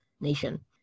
nation